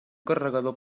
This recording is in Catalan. carregador